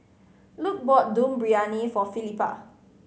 Luc bought Dum Briyani for Felipa